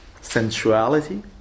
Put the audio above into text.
sensuality